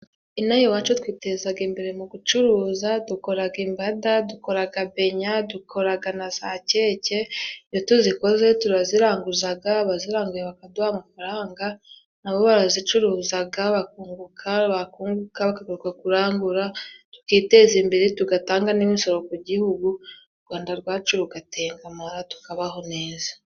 Ino aha iwacu twitezaga imbere mu gucuruza, dukoraga imbaga, dukoraga benya, dukoraga na za keke, iyo tuzikoze turaziranguzaga abaziranguye bakaduha amafaranga, nabo barazicuruzaga bakunguka, bakunguka bakagaruka kurangura, tukiteza imbere, tugatanga n'imisoro ku gihugu u Rwanda rwacu rugatengamara tukabaho neza.